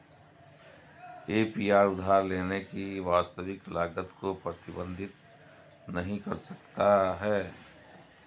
APR उधार लेने की वास्तविक लागत को प्रतिबिंबित नहीं कर सकता है